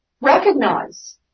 recognize